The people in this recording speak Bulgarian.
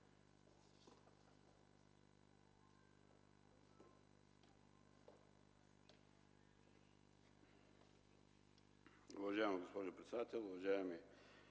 Уважаема госпожо председател, уважаеми